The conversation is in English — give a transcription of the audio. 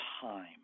time